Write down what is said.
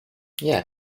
yeah